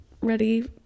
ready